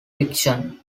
fiction